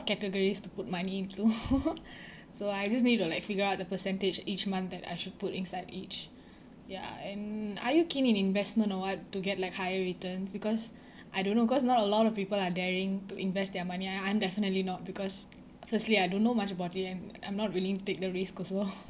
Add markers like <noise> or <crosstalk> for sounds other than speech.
categories to put money into <laughs> <breath> so I just need to like figure out the percentage each month that I should put inside each ya and are you keen in investment or what to get like higher returns because <breath> I don't know because not a lot of people are daring to invest their money I I'm definitely not because firstly I don't know much about it and I'm not willing to take the risk also <laughs>